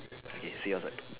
yes see you outside